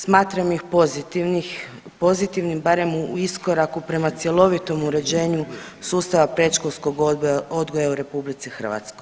Smatram ih pozitivnim barem u iskoraku prema cjelovitom uređenju sustava predškolskog odgoja u RH.